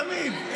תמיד.